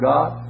God